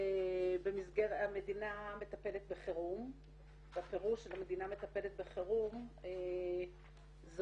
שהמדינה מטפלת בחרום והפירוש שהמדינה מטפלת בחירום זה